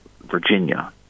Virginia